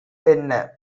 என்ன